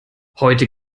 heute